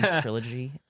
trilogy